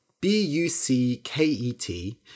B-U-C-K-E-T